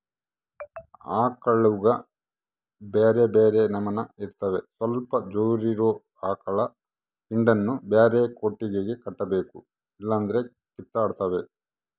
ಆಕಳುಗ ಬ್ಯೆರೆ ಬ್ಯೆರೆ ನಮನೆ ಇರ್ತವ ಸ್ವಲ್ಪ ಜೋರಿರೊ ಆಕಳ ಹಿಂಡನ್ನು ಬ್ಯಾರೆ ಕೊಟ್ಟಿಗೆಗ ಕಟ್ಟಬೇಕು ಇಲ್ಲಂದ್ರ ಕಿತ್ತಾಡ್ತಾವ